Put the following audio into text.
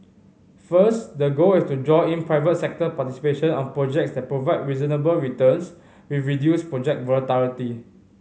first the goal is to draw in private sector participation on projects that provide reasonable returns with reduced project volatility